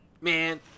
Man